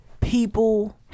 people